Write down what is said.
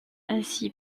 ainsi